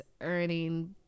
earning